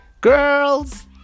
Girls